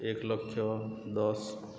ଏକ ଲକ୍ଷ ଦଶ